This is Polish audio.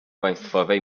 państwowej